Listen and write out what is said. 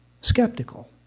skeptical